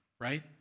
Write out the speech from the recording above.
right